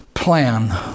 plan